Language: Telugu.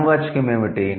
నామవాచకం ఏమిటి